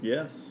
Yes